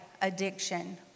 addiction